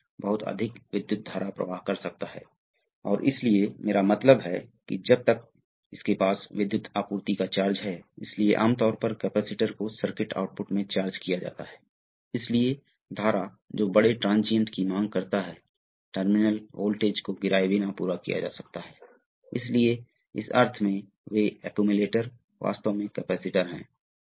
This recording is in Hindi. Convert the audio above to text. तो यह पायलट वाल्व है और यह मुख्य वाल्व है यह ध्यान देने वाली पहली बात है जो पायलट वाल्व को स्थानांतरित करता है यह सोलनॉइड है वास्तव में यह स्पूल से जुड़ा हुआ है जिसे दिखाया नहीं गया है इसलिए हम भागों की पहचान करेंगे सही है ऐसा ही होता है मान लीजिए कि आप सोलेनोइड को झुकाते हैं कुछ टार्क मोटर की व्यवस्था की तरह है यह देखेंगे कि क्या है यह इस तरह से वाल्व को धक्का देगा अब आप देखते हैं कि एक नियंत्रण है प्रेशर इसलिए कंट्रोल प्रेशर आएगा और यह वॉल्व इस छोर पर जाएगा इसलिए प्रेशर यहां गिरेगा